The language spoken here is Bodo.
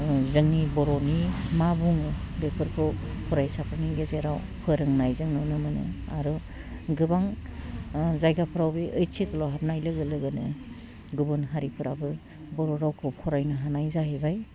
जोंनि बर'नि मा बुङो बेफोरखौ फरायसाफोरनि गेजेराव फोरोंनाय जों नुनो मोनो आरो गोबां जायगाफ्राव बे ओइद सिदुलाव हाबनाय लोगो लोगोनो गुबुन हारिफ्राबो बर' रावखौ फरायनो हानाय जाहैबाय